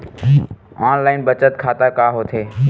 Online बचत खाता का होथे?